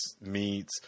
meats